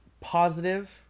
positive